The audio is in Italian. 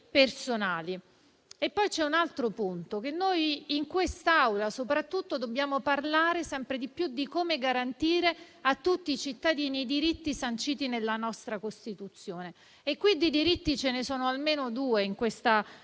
C'è un altro punto. Noi in quest'Aula, soprattutto, dobbiamo parlare sempre di più di come garantire a tutti i cittadini i diritti sanciti nella nostra Costituzione, e diritti ce ne sono almeno due in questa legge.